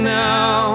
now